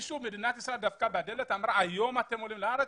מדינת ישראל דפקה בדלת ואמרה שהיום אתם עולים לארץ?